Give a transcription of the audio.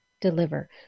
deliver